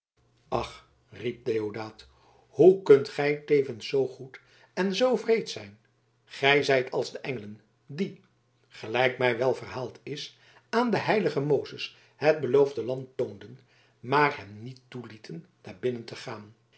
ach riep deodaat hoe kunt gij tevens zoo goed en zoo wreed zijn gij zijt als de engelen die gelijk mij wel verhaald is aan den heiligen mozes het beloofde land toonden maar hem niet toelieten daar binnen te gaan